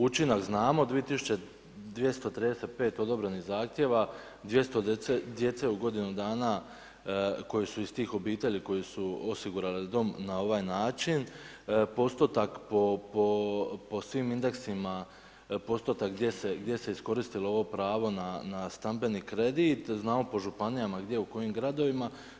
Učinak znamo, 2235 odobrenih zahtjeva, 200 djece u godinu dana koji su iz tih obitelji koje su osigurale dom na ovaj način, postotak po svim indeksima, postotak gdje se iskoristilo ovo pravo na stambeni kredit, znamo po županija gdje, u kojim gradovima.